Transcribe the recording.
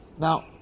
Now